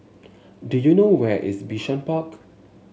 do you know where is Bishan Park